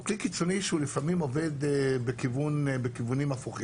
הוא כלי קיצוני שהוא לפעמים עובד בכיוונים הפוכים.